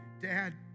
Dad